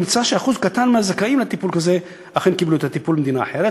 נמצא שאחוז קטן מהזכאים לטיפול כזה אכן קיבלו את הטיפול במדינה אחרת.